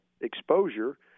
exposure